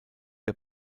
der